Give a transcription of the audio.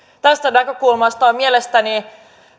tästä näkökulmasta on mielestäni